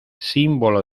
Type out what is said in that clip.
símbolo